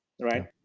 right